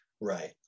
Right